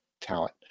talent